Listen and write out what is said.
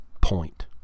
point